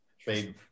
trade